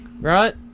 Right